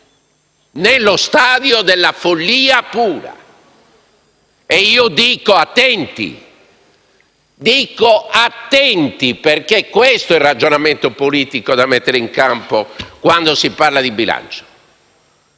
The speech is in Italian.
nello stadio della follia pura. Bisogna stare attenti, perché questo è il ragionamento politico da mettere in campo quando si parla di bilancio.